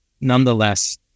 nonetheless